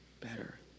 better